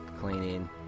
cleaning